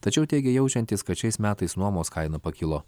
tačiau teigė jaučiantys kad šiais metais nuomos kaina pakilo